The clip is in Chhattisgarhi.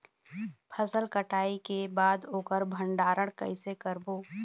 फसल कटाई के बाद ओकर भंडारण कइसे करबो?